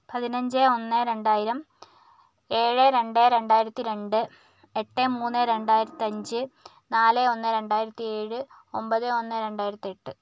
പതിനഞ്ച് ഒന്ന് രണ്ടായിരം ഏഴ് രണ്ട് രണ്ടായിരത്തി രണ്ട് എട്ട് മൂന്ന് രണ്ടായിരത്തഞ്ച് നാല് ഒന്ന് രണ്ടായിരത്തി ഏഴ് ഒൻപത് ഒന്ന് രണ്ടായിരത്തി എട്ട്